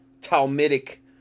Talmudic